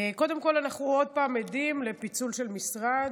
קודם כול, אנחנו עוד פעם עדים לפיצול של משרד,